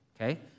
okay